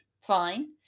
Fine